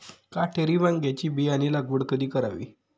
काटेरी वांग्याची बियाणे लागवड कधी करावी?